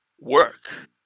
work